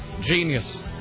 genius